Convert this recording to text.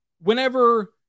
Whenever